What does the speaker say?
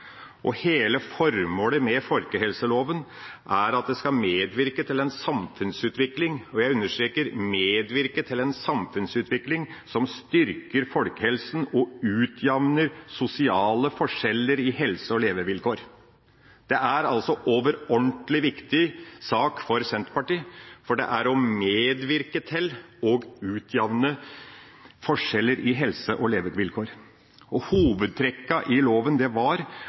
Og hele formålet med folkehelseloven er at det skal medvirke til en samfunnsutvikling – jeg understreker medvirke til en samfunnsutvikling – som styrker folkehelsen og utjamner sosiale forskjeller i helse og levevilkår. Dette er en overordentlig viktig sak for Senterpartiet, for det er å medvirke til å utjamne forskjeller i helse og levevilkår. Hovedtrekkene i loven var